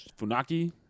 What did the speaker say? Funaki